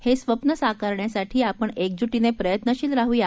हे स्वप्न साकारण्यासाठी आपण एकजू नि प्रयत्नशील राहूया